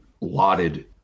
lauded